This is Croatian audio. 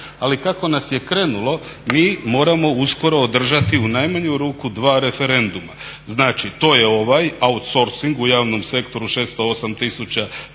Ali kako nas je krenulo mi moramo uskoro održati u najmanju ruku dva referenduma. Znači, to je ovaj outsourcing u javnom sektoru 608